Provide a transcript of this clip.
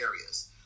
areas